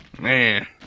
Man